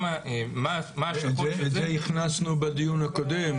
מה ההשלכות של זה.